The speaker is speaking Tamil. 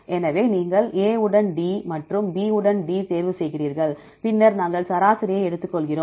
எனவே நீங்கள் A உடன் D மற்றும் B உடன் D ஐ தேர்வு செய்கிறீர்கள் பின்னர் நாங்கள் சராசரியை எடுத்துக்கொள்கிறோம்